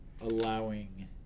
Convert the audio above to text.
allowing